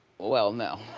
well, no.